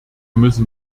müssen